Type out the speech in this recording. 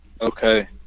Okay